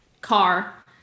car